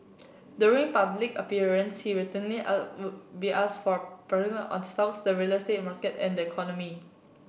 during public appearance he routinely be asked for on stocks the real estate market and the economy